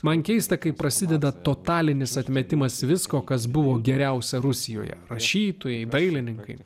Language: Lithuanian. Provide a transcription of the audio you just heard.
man keista kai prasideda totalinis atmetimas visko kas buvo geriausia rusijoje rašytojai dailininkai